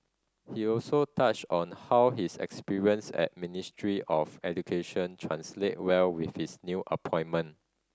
he also touched on how his experience at Ministry of Education translate well with his new appointment